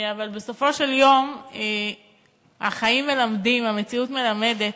אבל בסופו של דבר החיים מלמדים, המציאות מלמדת,